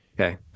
Okay